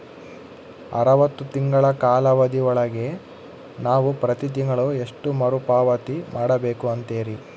ಅರವತ್ತು ತಿಂಗಳ ಕಾಲಾವಧಿ ಒಳಗ ನಾವು ಪ್ರತಿ ತಿಂಗಳು ಎಷ್ಟು ಮರುಪಾವತಿ ಮಾಡಬೇಕು ಅಂತೇರಿ?